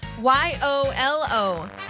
Y-O-L-O